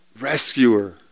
rescuer